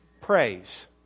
praise